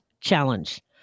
challenge